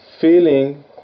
feeling